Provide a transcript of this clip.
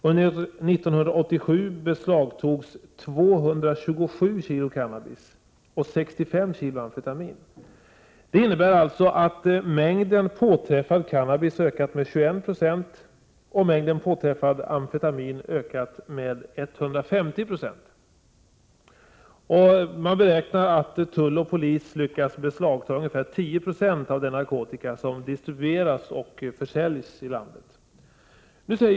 Under 1987 beslagtogs 227 kg cannabis och 65 kg amfetamin. Det innebär alltså att mängden påträffad cannabis ökat med 21 2 och mängden påträffad amfetamin ökat med 150 96. Det beräknas att tull och polis lyckas beslagta 10 96 av den narkotika som distribueras och försäljs i landet.